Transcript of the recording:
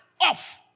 off